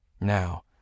Now